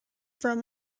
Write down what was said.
from